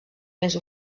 més